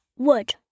Wood